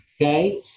Okay